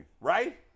Right